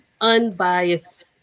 unbiased